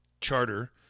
Charter